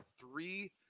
three